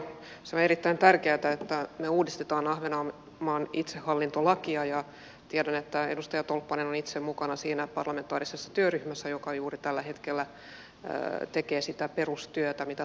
se on erittäin tärkeätä että me uudistamme ahvenanmaan itsehallintolakia ja tiedän että edustaja tolppanen on itse mukana siinä parlamentaarisessa työryhmässä joka juuri tällä hetkellä tekee sitä perustyötä mitä tarvitaan